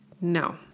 No